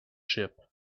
ship